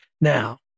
Now